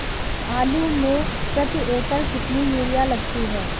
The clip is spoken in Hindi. आलू में प्रति एकण कितनी यूरिया लगती है?